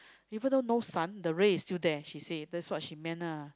even though no sun the ray is still there she say that's what she meant ah